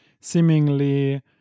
seemingly